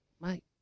mate